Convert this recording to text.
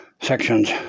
sections